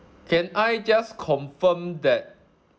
can I just confirm that